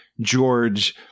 george